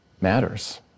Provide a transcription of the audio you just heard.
matters